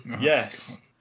Yes